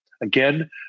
Again